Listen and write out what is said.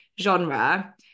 genre